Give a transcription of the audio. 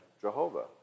Jehovah